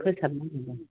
फोसाबनांगोन